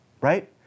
right